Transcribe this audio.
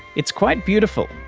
it's quite beautiful,